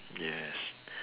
yes